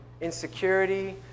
Insecurity